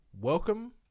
Welcome